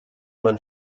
man